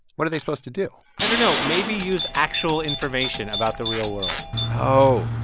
what are they supposed to do? i don't know maybe use actual information about the real world oh,